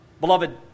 Beloved